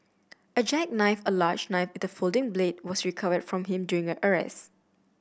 a jackknife a large knife with a folding blade was recovered from him during a arrest